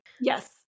Yes